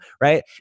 right